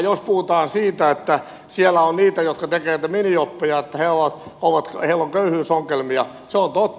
jos puhutaan siitä että siellä on niitä jotka tekevät niitä minijobeja että heillä on köyhyysongelmia se on totta